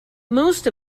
most